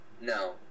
No